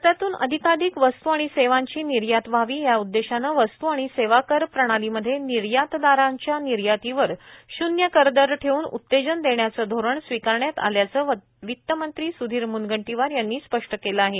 भारतातून अधिकाधिक वस्तू आणि सेवांची निर्यात व्हावीए या उद्देशाने वस्तू आणि सेवा कर प्रणालीमध्ये निर्यातदारांच्या निर्यातीवर शून्य करदर ठेऊन उत्तेजन देण्याचे धोरण स्वीकारण्यात आल्याचे वित्तमंत्री सुधीर म्नगंटीवार यांनी स्पष्ट केले आहे